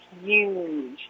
huge